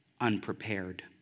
unprepared